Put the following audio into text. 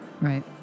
right